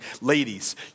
ladies